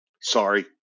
Sorry